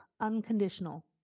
unconditional